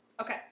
Okay